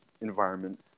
environment